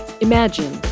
Imagine